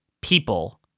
people